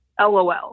LOL